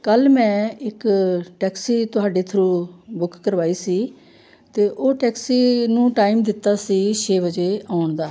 ਕੱਲ੍ਹ ਮੈਂ ਇੱਕ ਟੈਕਸੀ ਤੁਹਾਡੇ ਥਰੂ ਬੁੱਕ ਕਰਵਾਈ ਸੀ ਅਤੇ ਉਹ ਟੈਕਸੀ ਨੂੰ ਟਾਈਮ ਦਿੱਤਾ ਸੀ ਛੇ ਵਜੇ ਆਉਣ ਦਾ